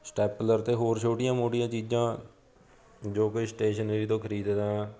stapler ਅਤੇ ਹੋਰ ਛੋਟੀਆਂ ਮੋਟੀਆਂ ਚੀਜ਼ਾਂ ਜੋ ਕਿ ਸਟੇਸ਼ਨਰੀ ਤੋਂ ਖਰੀਦਦਾ